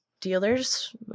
dealers